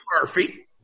Murphy